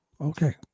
Okay